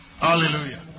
Hallelujah